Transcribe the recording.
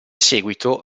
seguito